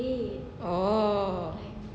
oh